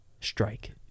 strike